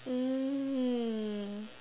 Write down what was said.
mm